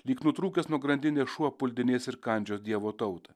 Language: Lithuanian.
lyg nutrūkęs nuo grandinės šuo puldinės ir kandžios dievo tautą